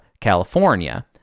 California